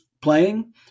playing